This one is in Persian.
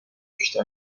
رشد